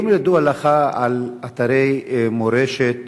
האם ידוע לך על אתרי מורשת